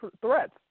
threats